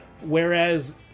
Whereas